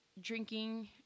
drinking